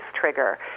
Trigger